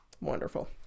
Wonderful